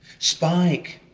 spike,